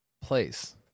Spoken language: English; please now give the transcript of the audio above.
place